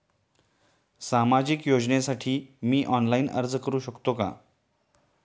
सामाजिक योजनेसाठी मी ऑनलाइन अर्ज करू शकतो का?